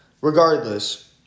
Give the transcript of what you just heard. regardless